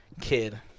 kid